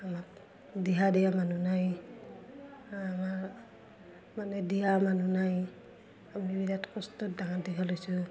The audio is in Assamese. আমাক দিহা দিয়া মানুহ নাই আমাৰ মানে দিয়া মানুহ নাই আমি বিৰাট কষ্টত ডাঙৰ দীঘল হৈছোঁ